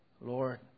Lord